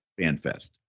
FanFest